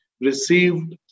received